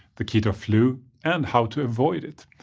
the keto flu and how to avoid it.